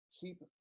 keep